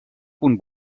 punt